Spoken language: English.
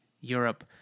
europe